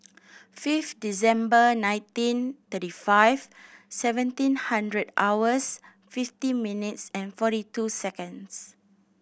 five December nineteen thirty five seventeen hundred hours fifty minutes and forty two seconds